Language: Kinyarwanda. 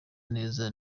neza